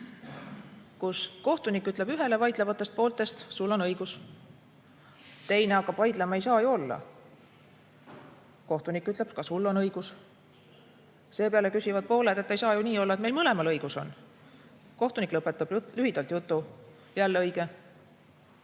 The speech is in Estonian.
kus kohtunik ütleb ühele vaidlevatest pooltest: "Sul on õigus." Teine hakkab vaidlema: "Ei saa ju olla." Kohtunik ütleb: "Ka sul on õigus." Seepeale küsivad pooled: "Ei saa ju nii olla, et meil mõlemal õigus on?" Kohtunik lõpetab lühidalt juttu: "Jälle õige."